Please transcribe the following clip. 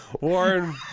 Warren